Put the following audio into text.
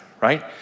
right